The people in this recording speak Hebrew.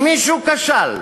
אם מישהו כשל,